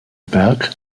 berg